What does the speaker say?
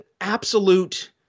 absolute